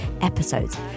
episodes